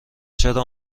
چرا